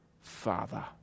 Father